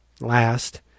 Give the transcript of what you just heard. last